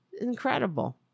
Incredible